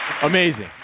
Amazing